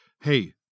hey